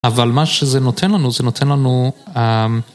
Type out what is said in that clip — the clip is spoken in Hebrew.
אבל מה שזה נותן לנו, זה נותן לנו אמ...